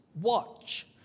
Watch